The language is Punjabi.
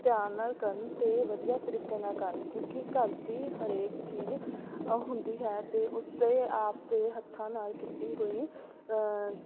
ਧਿਆਨ ਨਾਲ ਕਰਨ ਅਤੇ ਵਧੀਆ ਤਰੀਕੇ ਨਾਲ ਕਰਨ ਕਿਉਂਕਿ ਘਰ ਦੀ ਹਰੇਕ ਚੀਜ਼ ਆ ਹੁੰਦੀ ਹੈ ਅਤੇ ਉਸਦੇ ਆਪ ਦੇ ਹੱਥਾਂ ਨਾਲ ਕੀਤੀ ਹੋਈ